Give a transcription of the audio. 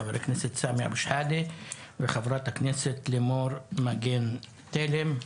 חה"כ סמי אבו שחאדה וחה"כ לימור מגן תלם.